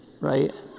Right